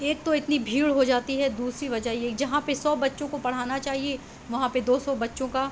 ایک تو اتنی بھیڑ ہو جاتی ہے دوسری وجہ یہ جہاں پہ سو بچوں کو پڑھانا چاہیے وہاں پہ دو سو بچوں کا